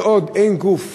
כל עוד אין גוף